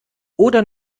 oder